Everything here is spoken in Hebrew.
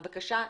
הבקשה,